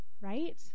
Right